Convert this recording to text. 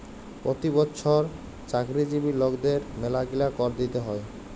পতি বচ্ছর চাকরিজীবি লকদের ম্যালাগিলা কর দিতে হ্যয়